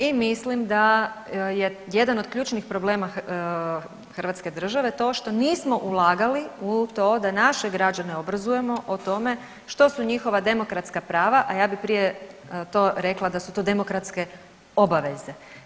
I mislim da je jedan od ključnih problema hrvatske države to što nismo ulagali u to da naše građane obrazujemo o tome što su njihova demokratska prava, a ja bi prije to rekla da su to demokratske obaveze.